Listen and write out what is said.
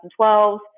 2012